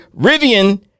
Rivian